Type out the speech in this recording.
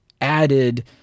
added